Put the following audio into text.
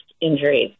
injuries